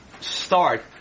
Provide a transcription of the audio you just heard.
start